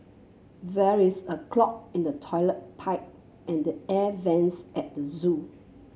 there is a clog in the toilet pipe and the air vents at the zoo